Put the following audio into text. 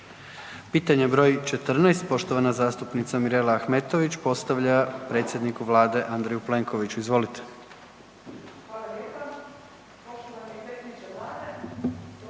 Pitanje broj 14. poštovana zastupnica Mirela Ahmetović postavlja predsjedniku Vlade Andreju Plenkoviću. Izvolite.